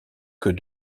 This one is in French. que